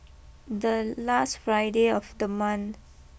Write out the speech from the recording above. the last Friday of the month